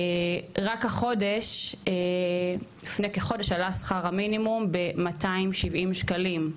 רק לפני כחודש עלה שכר המינימום ב-270 שקלים,